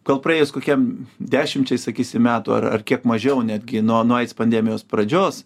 gal praėjus kokiem dešimčiai sakysim metų ar ar kiek mažiau netgi nuo nuo aids pandemijos pradžios